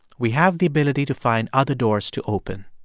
we have the ability to find other doors to open.